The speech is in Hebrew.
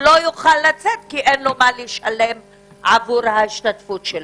לא יוכל לצאת כי אין לו מה לשלם עבור השתתפותו.